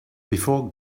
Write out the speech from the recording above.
before